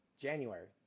January